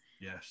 Yes